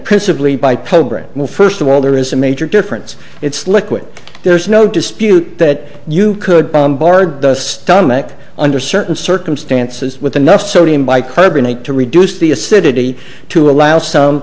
principally by pogrom will first of all there is a major difference it's liquid there's no dispute that you could bombard the stomach under certain circumstances with enough sodium bicarbonate to reduce the acidity to allow some